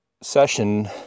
session